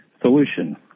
solution